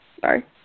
Sorry